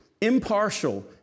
impartial